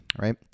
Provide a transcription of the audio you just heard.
right